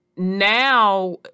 Now